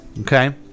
Okay